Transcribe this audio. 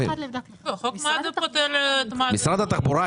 יש פה נציג של משרד התחבורה?